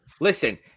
Listen